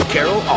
Carol